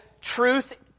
truth